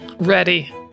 Ready